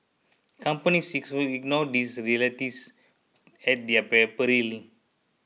companies ignore these realities at their peril